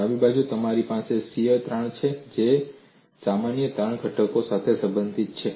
ડાબી બાજુ તમારી પાસે શીયર તાણ છે જે સામાન્ય તાણ ઘટકો સાથે સંબંધિત છે